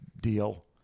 deal